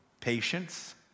patience